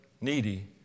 needy